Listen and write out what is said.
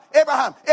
Abraham